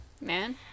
man